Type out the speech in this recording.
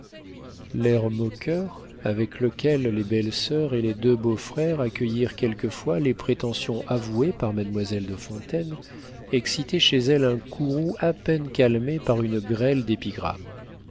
l'air moqueur avec lequel les belles soeurs et les deux beaux-frères accueillirent quelquefois les prétentions avouées par mademoiselle de fontaine excitait chez elle un courroux à peine calmé par une grêle d'épigrammes